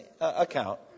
account